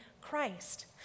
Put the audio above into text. Christ